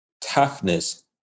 toughness